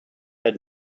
had